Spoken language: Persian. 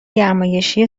گرمایشی